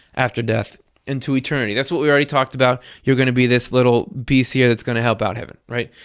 after death and to eternity. that's what we already talked about. you're going to be this little piece here that's going to help out heaven. right?